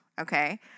okay